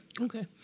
Okay